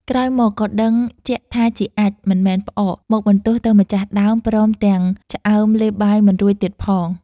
ក្រោយមកក៏ដឹងជាក់ថាជាអាចម៏មិនមែនផ្អក មកបន្ទោសទៅម្ចាស់ដើមព្រមទាំងឆ្អើមលេបបាយមិនរួចទៀតផង។